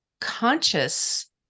conscious